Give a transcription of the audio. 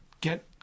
get